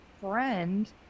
friend